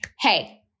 hey